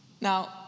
Now